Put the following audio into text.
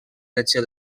regió